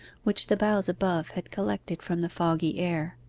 which the boughs above had collected from the foggy air.